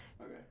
Okay